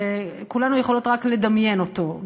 שכולנו יכולות רק לדמיין אותו?